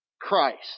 Christ